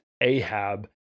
Ahab